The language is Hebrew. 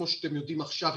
כמו שאתם יודעים עכשיו,